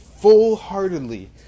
full-heartedly